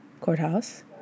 courthouse